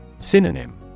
Synonym